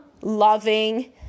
loving